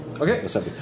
Okay